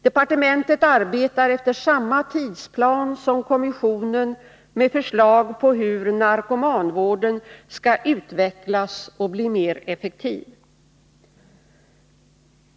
Departement arbetar efter samma tidsplan som kommissionen med förslag om hur narkomanvården skall utvecklas och bli mer effektiv.